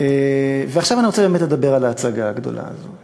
עכשיו אני באמת רוצה לדבר על ההצגה הגדולה הזאת.